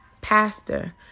pastor